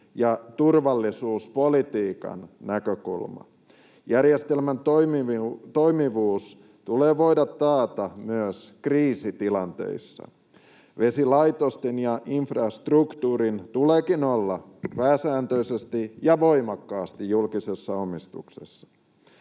ja turvallisuuspolitiikan näkökulma. Järjestelmän toimivuus tulee voida taata myös kriisitilanteissa. Vesilaitosten ja infrastruktuurin tuleekin olla pääsääntöisesti ja voimakkaasti julkisessa omistuksessa.